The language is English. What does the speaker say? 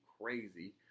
crazy